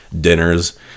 dinners